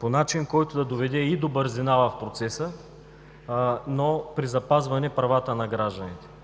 по начин, който да доведе и до бързина в процеса, но при запазване правата на гражданите.